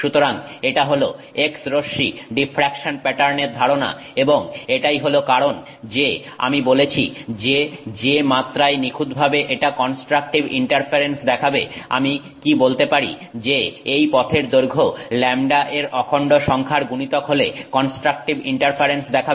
সুতরাং এটা হল X রশ্মি ডিফ্রাকশন প্যাটার্নের ধারণা এবং এটাই হলো কারণ যে আমি বলছি যে যে মাত্রায় নিখুঁতভাবে এটা কনস্ট্রাকটিভ ইন্টারফারেন্স দেখাবে আমি কি বলতে পারি যে এই পথের দৈর্ঘ্য λ এর অখন্ড সংখ্যার গুণিতক হলে কনস্ট্রাকটিভ ইন্টারফারেন্স দেখাবে